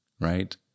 right